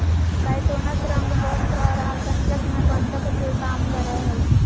काइटोनस रंग, वस्त्र और आसंजक में बंधक के काम करय हइ